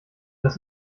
das